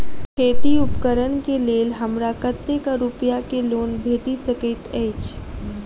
खेती उपकरण केँ लेल हमरा कतेक रूपया केँ लोन भेटि सकैत अछि?